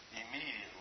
immediately